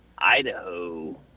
Idaho